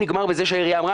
והוא נגמר בזה שהעירייה אמרה,